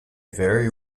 very